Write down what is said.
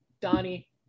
Donnie